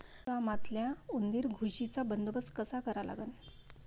गोदामातल्या उंदीर, घुशीचा बंदोबस्त कसा करा लागन?